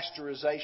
pasteurization